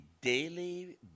daily